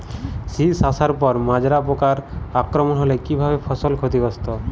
শীষ আসার পর মাজরা পোকার আক্রমণ হলে কী ভাবে ফসল ক্ষতিগ্রস্ত?